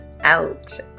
out